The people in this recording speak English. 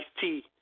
tea